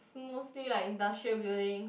it's mostly like industrial building